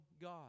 God